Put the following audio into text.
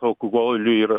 alkoholiui ir